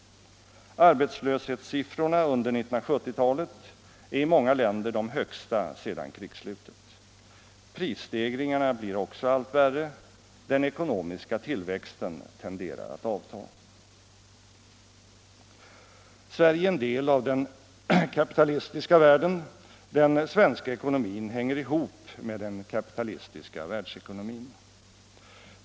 Arbetslöshetssiffrorna under 1970-talet är i många länder de högsta sedan krigsslutet. Prisstegringarna blir också allt värre. Den ekonomiska tillväxten tenderar att avta. Sverige är en del av den kapitalistiska världen. Den svenska ekonomin hänger ihop med den kapitalistiska världsekonomin.